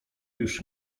już